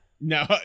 No